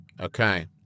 Okay